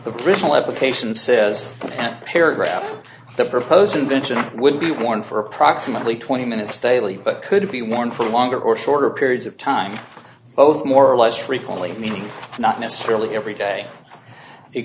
the criminal application says that paragraph of the proposed invention would be worn for approximately twenty minutes daily but could be worn for a longer or shorter periods of time both more or less frequently meaning not necessarily every day it